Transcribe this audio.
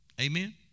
Amen